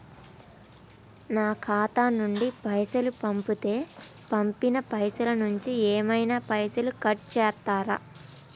నా ఖాతా నుండి పైసలు పంపుతే పంపిన పైసల నుంచి ఏమైనా పైసలు కట్ చేత్తరా?